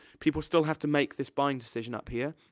people still have to make this buying decision up here,